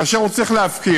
כאשר הוא צריך להפקיע,